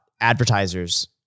advertisers